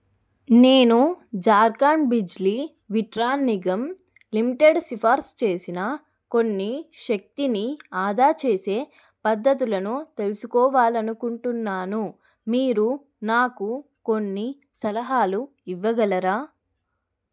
నేను జార్ఖాండ్ బిజ్లీ విట్రాన్ నిగమ్ లిమిటెడ్ సిఫారసు చేసిన కొన్ని శక్తిని ఆదా చేసే పద్ధతులను తెలుసుకోవాలనుకుంటున్నాను మీరు నాకు కొన్ని సలహాలు ఇవ్వగలరా